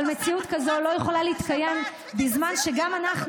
אבל מציאות כזאת לא יכולה להתקיים בזמן שגם אנחנו,